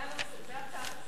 עכשיו תראו מה